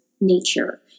nature